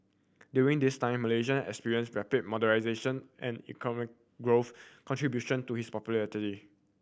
during this time Malaysia experienced rapid modernisation and economic growth contribution to his popularity